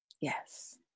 Yes